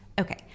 Okay